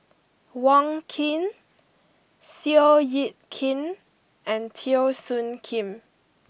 Wong Keen Seow Yit Kin and Teo Soon Kim